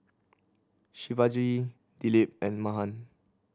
Shivaji Dilip and Mahan